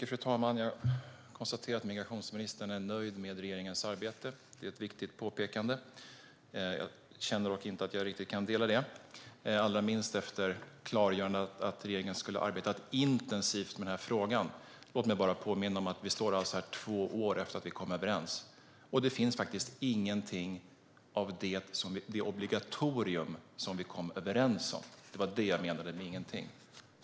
Fru talman! Jag konstaterar att migrationsministern är nöjd med regeringens arbete. Det är ett viktigt påpekande. Jag känner dock inte att jag riktigt kan dela den uppfattningen, allra minst efter klargörandet att regeringen skulle ha arbetat intensivt med denna fråga. Låt mig bara påminna om att vi står här två år efter att vi kom överens, och det finns faktiskt ingenting av det obligatorium som vi kom överens om. Det var det jag menade med ingenting.